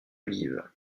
olive